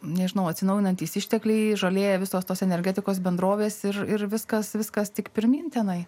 nežinau atsinaujinantys ištekliai žolėje visos tos energetikos bendrovės ir ir viskas viskas tik pirmyn tenai